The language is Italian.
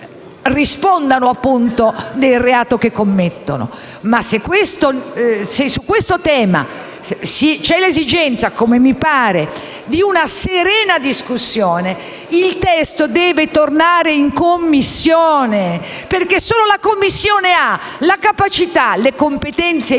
rispondano del reato che commettono. Se su questo tema c'è l'esigenza, come mi pare, di una serena discussione, il testo deve tornare in Commissione, perché solo la Commissione ha la capacità, le competenze e